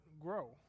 grow